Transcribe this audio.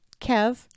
Kev